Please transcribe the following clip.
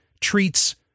treats